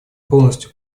полностью